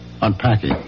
unpacking